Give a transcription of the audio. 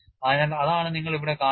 അതിനാൽ അതാണ് നിങ്ങൾ ഇവിടെ കാണുന്നത്